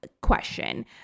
question